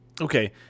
Okay